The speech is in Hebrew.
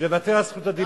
ולוותר על זכות הדיבור.